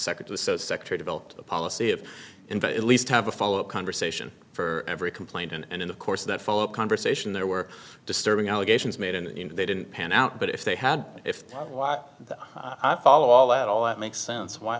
secretary developed a policy of in but at least have a follow up conversation for every complaint and of course that followed conversation there were disturbing allegations made and they didn't pan out but if they had if i follow all that all that makes sense why